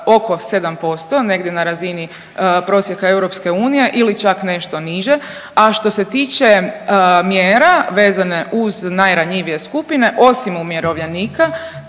oko 7% negdje na razini prosjeka EU ili čak nešto niže, a što se tiče mjera vezane uz najranjivije skupine osim umirovljenika